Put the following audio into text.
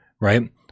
right